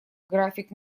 график